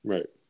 Right